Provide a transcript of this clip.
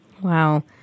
Wow